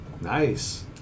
Nice